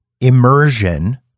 immersion